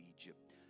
Egypt